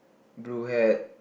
blue hat